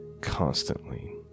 constantly